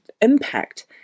impact